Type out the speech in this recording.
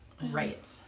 right